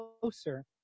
closer